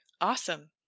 Awesome